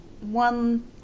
one